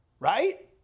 right